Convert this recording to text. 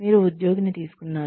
మీరు ఉద్యోగిని తీసుకున్నారు